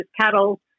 cattle